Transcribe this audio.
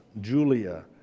Julia